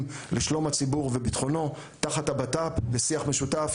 לשלום הציבור וביטחונו תחת הבט"פ ובשיח משותף,